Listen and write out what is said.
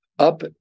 up